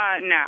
No